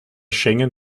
schengen